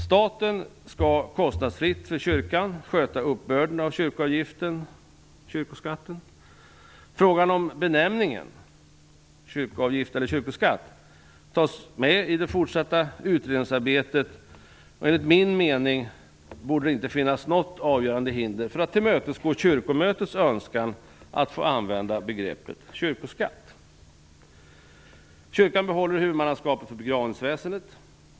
Staten skall kostnadsfritt för kyrkan sköta uppbörden av kyrkoavgiften eller kyrkoskatten. Frågan om benämningen, kyrkoavgift eller kyrkoskatt, tas med i det fortsatta utredningsarbetet. Enligt min mening borde det inte finnas något avgörande hinder för att tillmötesgå Kyrkomötets önskan att få använda benämningen kyrkoskatt. Kyrkan behåller huvudmannaskapet för begravningsväsendet.